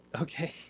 okay